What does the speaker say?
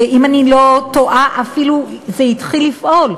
ואם אני לא טועה זה אפילו התחיל לפעול.